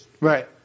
Right